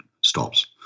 stops